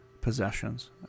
possessions